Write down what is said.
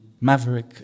maverick